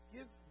Give